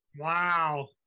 Wow